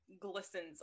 glistens